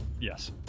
Yes